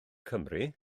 cymru